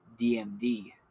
DMD